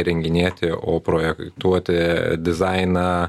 įrenginėti o projektuoti dizainą